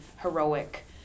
heroic